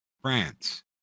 France